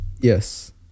yes